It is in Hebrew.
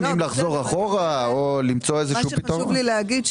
אם לחזור אחורה או למצוא איזשהו פתרון.